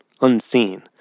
unseen